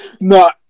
No